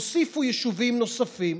הוסיפו יישובים נוספים,